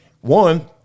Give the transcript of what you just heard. one –